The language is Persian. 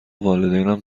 والدینم